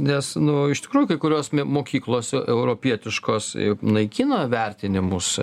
nes nu iš tikrųjų kai kurios mokyklos europietiškos naikina vertinimus